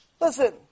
listen